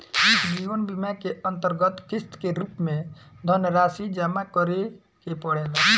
जीवन बीमा के अंतरगत किस्त के रूप में धनरासि जमा करे के पड़ेला